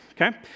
okay